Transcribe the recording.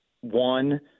one